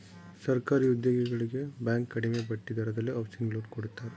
ಸರ್ಕಾರಿ ಉದ್ಯೋಗಿಗಳಿಗೆ ಬ್ಯಾಂಕ್ ಕಡಿಮೆ ಬಡ್ಡಿ ದರದಲ್ಲಿ ಹೌಸಿಂಗ್ ಲೋನ್ ಕೊಡುತ್ತಾರೆ